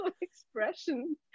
expression